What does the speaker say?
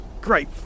Great